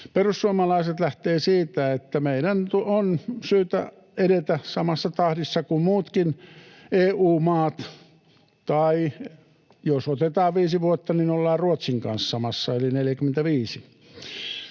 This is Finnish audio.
Perussuomalaiset lähtevät siitä, että meidän on syytä edetä samassa tahdissa kuin muutkin EU-maat, tai jos otetaan viisi vuotta, niin ollaan Ruotsin kanssa samassa, eli 45.